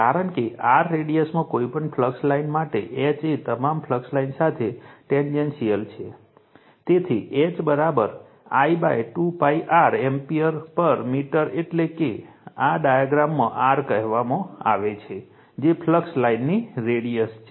કારણ કે r રેડિયસમાં કોઈપણ ફ્લક્સ લાઇન માટે H એ તમામ ફ્લક્સ લાઇન સાથે ટેંજન્શિયલ છે તેથી H I 2 π r ampere per metre એટલે કે આ ડાયાગ્રામમાં r કહેવામાં આવે છે તે ફ્લક્સ લાઇનની રેડિયસ છે